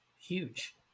huge